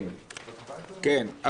כן, כן.